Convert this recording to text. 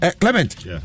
Clement